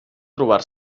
trobar